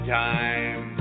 time